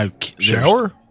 shower